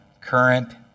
current